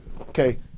Okay